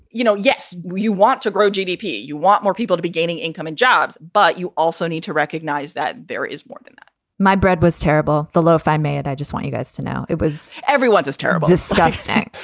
you know, yes, we want to grow gdp. you want more people to be gaining income and jobs. but you also need to recognize that there is more than my bread was terrible the loaf, i may add. i just want you guys to know it was everyone's this terrible, disgusting.